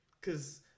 Cause